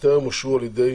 טרם אושרו על ידי